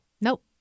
Nope